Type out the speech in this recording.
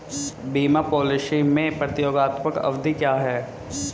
बीमा पॉलिसी में प्रतियोगात्मक अवधि क्या है?